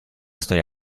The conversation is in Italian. storia